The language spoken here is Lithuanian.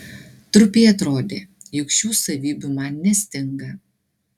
trupei atrodė jog šių savybių man nestinga